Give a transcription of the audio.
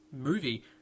movie